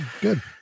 good